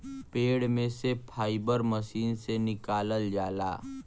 पेड़ में से फाइबर मशीन से निकालल जाला